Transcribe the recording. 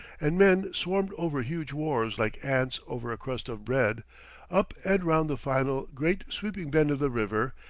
and men swarmed over huge wharves like ants over a crust of bread up and round the final, great sweeping bend of the river,